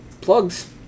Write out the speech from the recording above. plugs